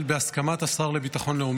בהסכמת השר לביטחון לאומי,